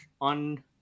on